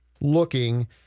looking